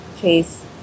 Chase